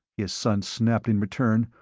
his son snapped in return.